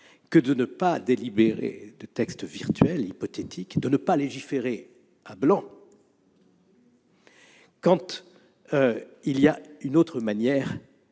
que de ne pas délibérer de textes virtuels, hypothétiques, de ne pas légiférer à blanc quand il existe une autre manière